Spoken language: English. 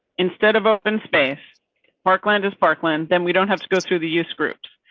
instead of open space parkland is parkland then we don't have to go through the use groups.